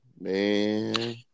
man